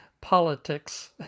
politics